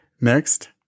Next